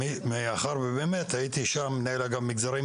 מאחר ובאמת הייתי שם מנהל אגף מגזרים,